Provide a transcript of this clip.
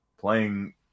playing